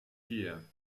here